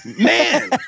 Man